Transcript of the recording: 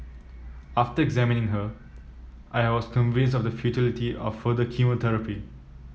after examining her I was convinced of the futility of further chemotherapy